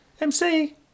MC